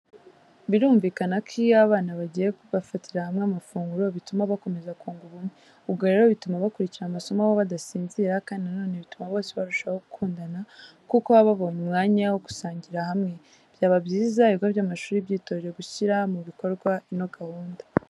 Birumvikana ko iyo abana bagiye bafatira hamwe amafunguro, bituma bakomeza kunga ubumwe. Ubwo rero bituma bakurikira amasomo badasinzira kandi nanone bituma bose barushaho gukundana kuko baba babonye umwanya wo gusangirira hamwe. Byaba byiza ibigo by'amashuri byitoje gushyira mu ibikorwa ino gahunda.